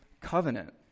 covenant